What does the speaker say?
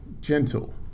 gentle